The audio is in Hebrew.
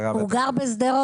מרשות חירום לאומית,